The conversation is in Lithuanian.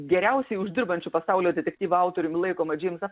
geriausiai uždirbančiu pasaulio detektyvų autoriumi laikomą džeimsą